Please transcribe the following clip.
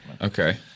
Okay